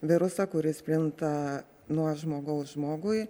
virusą kuris plinta nuo žmogaus žmogui